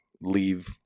leave